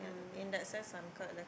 in that sense I'm kind of